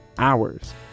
Hours